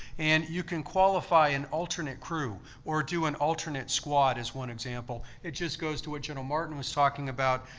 and you can qualify an alternate crew. or do an alternate squad, as one example. it just goes to what general martin was talking about,